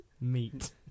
Meat